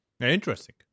Interesting